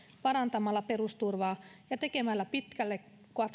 parantamalla perusturvaa ja tekemällä pitkälle